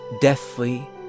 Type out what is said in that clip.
deathly